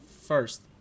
first